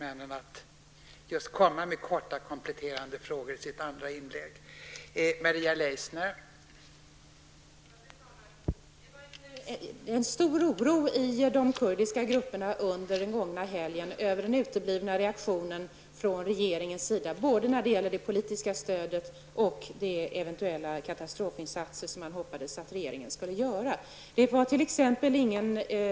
Jag vädjar till ledamöterna att i andra inlägget begränsa sig just till att ställa korta kompletterande frågor.